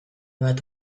bat